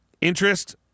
interest